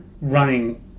running